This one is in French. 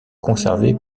conservé